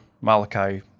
Malachi